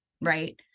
right